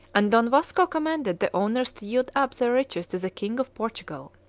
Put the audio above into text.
and don vasco commanded the owners to yield up their riches to the king of portugal.